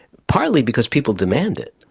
partly because people demand it,